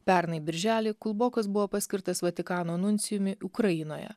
pernai birželį kulbokas buvo paskirtas vatikano nuncijumi ukrainoje